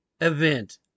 event